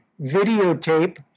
videotape